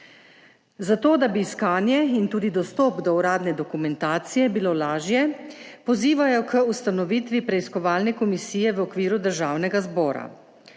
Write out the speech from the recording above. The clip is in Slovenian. Da bi bilo iskanje in tudi dostop do uradne dokumentacije lažje, pozivajo k ustanovitvi preiskovalne komisije v okviru Državnega zbora.